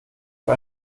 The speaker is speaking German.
für